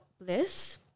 bliss